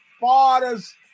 Father's